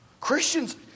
Christians